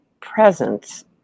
presence